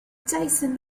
jason